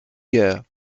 year